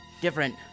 different